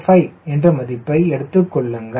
05 என்ற மதிப்பை எடுத்துக்கொள்ளுங்கள்